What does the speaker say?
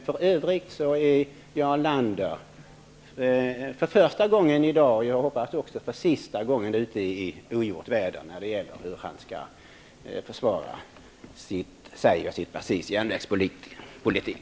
För övrigt är Jarl Lander för första gången i dag, och jag hoppas för sista gången, ute i ogjort väder när det gäller hur han skall försvara sitt partis järnvägspolitik.